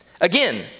Again